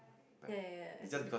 ya ya ya as in